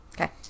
Okay